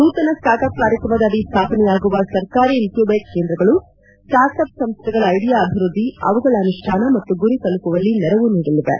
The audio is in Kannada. ನೂತನ ಸ್ಟಾರ್ಟ್ ಅಪ್ ಕಾರ್ಯಕ್ರಮದ ಅಡಿ ಸ್ಮಾಪನೆಯಾಗುವ ಸರ್ಕಾರಿ ಇನ್ಕ್ಯೂಬೇಟ್ ಕೇಂದ್ರಗಳು ಸ್ಟಾರ್ಟ್ ಅಪ್ ಸಂಸ್ಥೆಗಳ ಐಡಿಯಾ ಅಭಿವೃದ್ದಿ ಅವುಗಳ ಅನುಷ್ಠಾನ ಮತ್ತು ಗುರಿ ತಲುಮವಲ್ಲಿ ನೆರವು ನೀಡಲಿವೆ